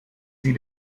sie